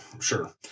sure